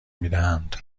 میدهند